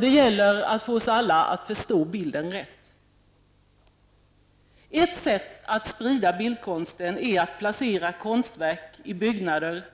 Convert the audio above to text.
Det gäller för oss alla att förstå den rätt. Ett sätt att sprida bildkonsten är att placera konstverk i byggnader,